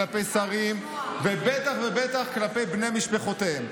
כלפי שרים ובטח ובטח כלפי בני משפחותיהם.